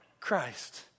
Christ